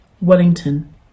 Wellington